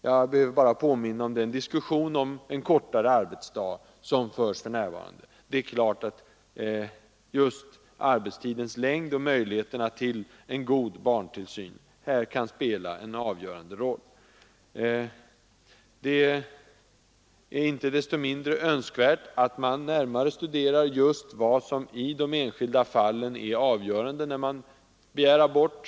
Jag behöver bara påminna om den diskussion om en kortare arbetsdag som för närvarande förs. Det är klart att just arbetstidens längd och möjligheterna till en god barntillsyn här kan spela en avgörande roll. Inte desto mindre är det önskvärt att man närmare studerar vad som i de enskilda fallen är avgörande när någon begär abort.